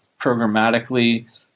programmatically